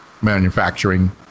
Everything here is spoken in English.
manufacturing